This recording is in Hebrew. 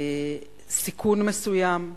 סיכון מסוים.